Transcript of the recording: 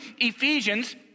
Ephesians